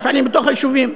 מפעלים בתוך היישובים.